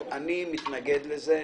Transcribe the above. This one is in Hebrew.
אני מתנגד לזה.